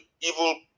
evil